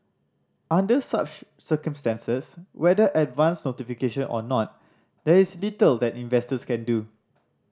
under such circumstances whether advance notification or not there is little that investors can do